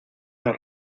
las